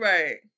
Right